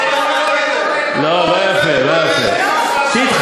לא יפה, לא יפה.